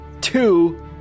two